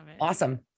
Awesome